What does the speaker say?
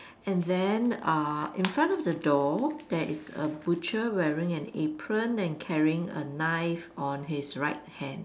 and then uh in front of the door there is a butcher wearing an apron and carrying a knife on his right hand